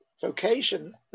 vocation